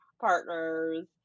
partners